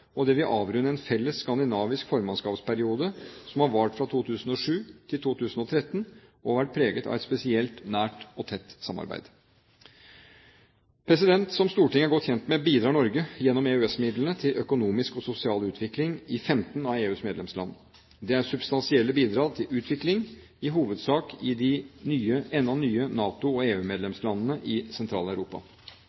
og det vil avrunde en felles skandinavisk formannskapsperiode som har vart fra 2007 til 2013 og vært preget av et spesielt nært og tett samarbeid. Som Stortinget er godt kjent med, bidrar Norge gjennom EØS-midlene til økonomisk og sosial utvikling i 15 av EUs medlemsland. Det er substansielle bidrag til utvikling, i hovedsak i de ennå nye NATO- og